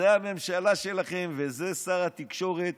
זו הממשלה שלכם וזה שר התקשורת,